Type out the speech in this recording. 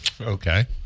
okay